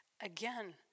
again